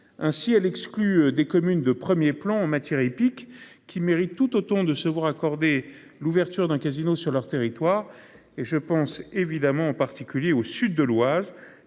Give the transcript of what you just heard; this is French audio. Ainsi, elle exclut des communes de 1er plan en matière hippique qui méritent tout autant de se voir accorder l'ouverture d'un casino sur leur territoire. Et je pense évidemment en particulier au sud de l'Oise